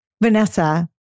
Vanessa